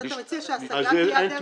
אתה מציע שהשגה תהיה הדרך?